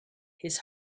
his